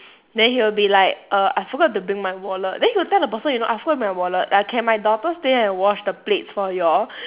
then he will be like err I forgot to bring my wallet then he will tell the person you know I forgot to bring my wallet like can my daughter stay and wash the plates for you all